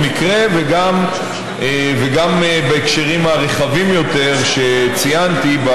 מקרה וגם בהקשרים הרחבים יותר שציינתי,